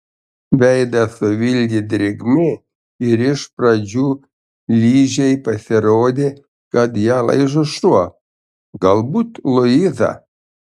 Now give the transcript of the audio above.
veidą suvilgė drėgmė ir iš pradžių ližei pasirodė kad ją laižo šuo galbūt luiza